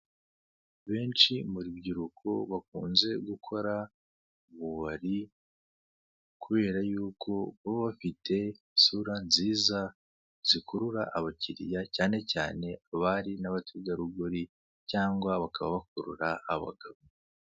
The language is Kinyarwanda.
Benshi mu rubyiruko bakunze gukora mu bubari kubera yuko baba bafite isura nziza zikurura abakiriya cyabe cyane abari n'abategarugori cyangwa bakaba bakurura abagabo.